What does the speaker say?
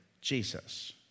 Jesus